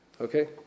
Okay